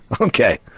Okay